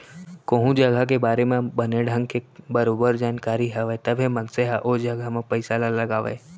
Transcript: कोहूँ जघा के बारे म बने ढंग के बरोबर जानकारी हवय तभे मनसे ह ओ जघा म पइसा ल लगावय